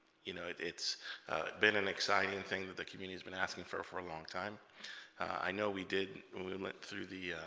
you know it's been an exciting thing that the community's been asking for for a long time i know we did we went through the